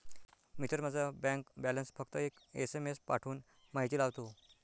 मी तर माझा bank balance फक्त एक एस.एम.एस पाठवून माहिती लावतो